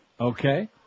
Okay